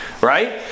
right